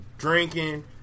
Drinking